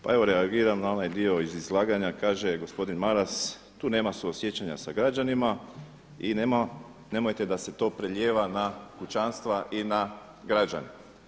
Pa evo reagiram na onaj dio iz izlaganja, kaže gospodin Maras, tu nema suosjećanja sa građanima i nemojte da se to prelijeva na kućanstva i na građane.